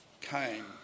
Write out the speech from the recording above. came